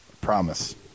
promise